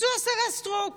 זו השרה סטרוק,